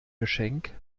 geschenk